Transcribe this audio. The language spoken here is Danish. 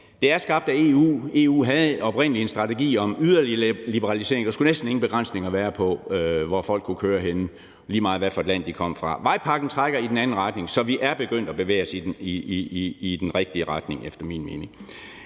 Det er skabt af EU. EU havde oprindelig en strategi om yderligere liberalisering; der skulle næsten ingen begrænsninger være, med hensyn til hvor folk kunne køre henne, og det var lige meget, hvad for et land de kom fra. Vejpakken trækker i den anden retning, så vi er efter min mening begyndt at bevæge os i den rigtige retning. Det er rigtig